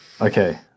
Okay